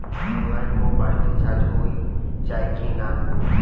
Online mobile recharge हो जाई की ना हो?